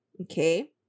okay